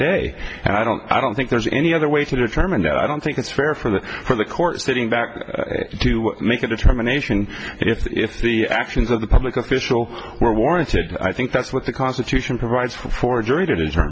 and i don't i don't think there's any other way to determine that i don't think it's fair for the for the court sitting back to make a determination if the actions of the public official were warranted i think that's what the constitution provides for